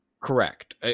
Correct